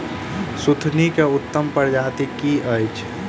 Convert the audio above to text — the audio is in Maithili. सुथनी केँ उत्तम प्रजाति केँ अछि?